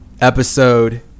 episode